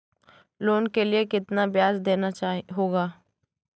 Loan के लिए कितना ब्याज देना होगा?